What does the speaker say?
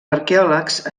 arqueòlegs